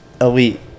elite